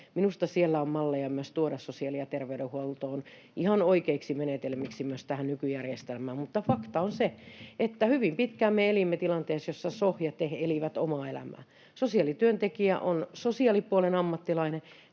minusta siellä on malleja tuoda sosiaali‑ ja terveydenhuoltoon ihan oikeiksi menetelmiksi myös tähän nykyjärjestelmään, mutta fakta on se, että hyvin pitkään me elimme tilanteessa, jossa ”so” ja ”te” elivät omaa elämäänsä. Sosiaalityöntekijä on sosiaalipuolen ammattilainen,